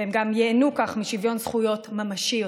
הן גם ייהנו כך משוויון זכויות ממשי יותר.